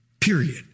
Period